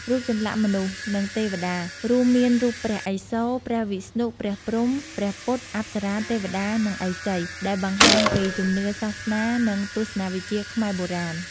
រូបចម្លាក់មនុស្ស និងទេពតា រួមមានរូបព្រះឥសូរ ព្រះវិស្ណុ ព្រះព្រហ្ម ព្រះពុទ្ធ អប្សរា ទេវតា និងឥសី ដែលបង្ហាញពីជំនឿសាសនា និងទស្សនវិជ្ជាខ្មែរបុរាណ។